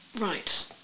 Right